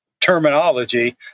terminology